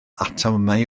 atomau